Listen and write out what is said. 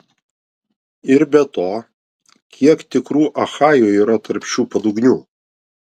ir be to kiek tikrų achajų yra tarp šių padugnių